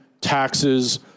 taxes